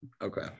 Okay